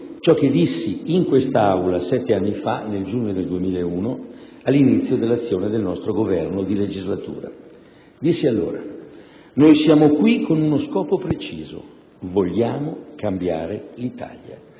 quanto dissi in quest'Aula sette anni fa, nel giugno 2001, all'inizio dell'azione del nostro Governo di legislatura. Dissi allora: «Noi siamo qui con uno scopo preciso: vogliamo cambiare l'Italia».